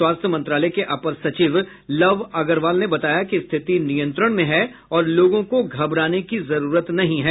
स्वास्थ्य मंत्रालय के अपर सचिव लव अग्रवाल ने बताया कि स्थिति नियंत्रण में है और लोगों को घबराने की जरूरत नहीं है